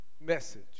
message